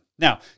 Now